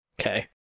Okay